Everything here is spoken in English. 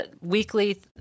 weekly